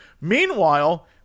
Meanwhile